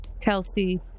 Kelsey